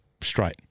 straight